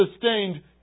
sustained